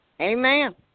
Amen